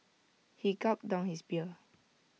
he gulped down his beer